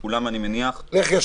ואני מניח שכולם,